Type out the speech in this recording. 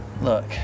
Look